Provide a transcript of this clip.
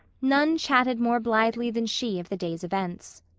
none chatted more blithely than she of the day's events.